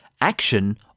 action